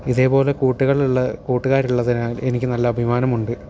ഇതേപോലെ കൂട്ടുകളുള്ള കൂട്ടുകാരുള്ളതിനാൽ എനിക്ക് നല്ല അഭിമാനമുണ്ട്